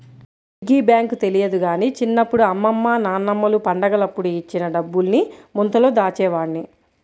piggy bank తెలియదు గానీ చిన్నప్పుడు అమ్మమ్మ నాన్నమ్మలు పండగలప్పుడు ఇచ్చిన డబ్బుల్ని ముంతలో దాచేవాడ్ని